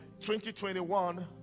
2021